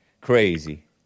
crazy